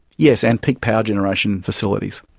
yes, and peak power generation facilities.